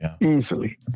easily